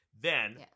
Then-